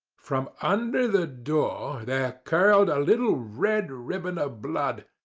from under the door there curled a little red ribbon of blood,